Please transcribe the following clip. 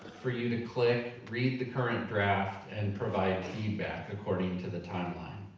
for you to click, read the current draft, and provide feedback according to the timeline.